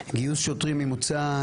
גיוס שוטרים ממוצא,